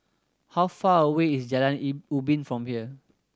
how far away is Jalan Ubin from here